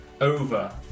over